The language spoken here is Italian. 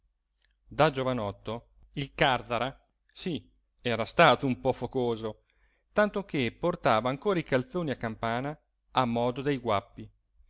da giovanotto il càrzara sì era stato un po focoso tanto che portava ancora i calzoni a campana a modo dei guappi